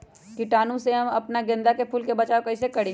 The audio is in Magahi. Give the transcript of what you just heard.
कीटाणु से हम अपना गेंदा फूल के बचाओ कई से करी?